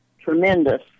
tremendous